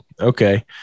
okay